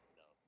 no